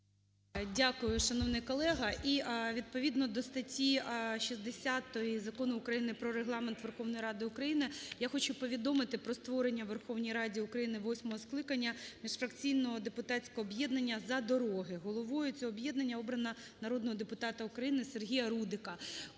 Дякую, шановний колего. І відповідно до статті 60 Закону України "Про Регламент Верховної Ради України" я хочу повідомити про створення у Верховній Раді України восьмого скликання міжфракційного депутатського об'єднання "За дороги". Головою цього об'єднання обрано народного депутата України Сергія Рудика.